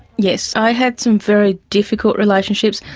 yes, i had some very difficult relationships,